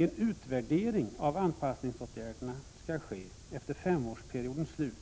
En utvärdering av anpassningsåtgärderna skall ske efter femårsperiodens slut,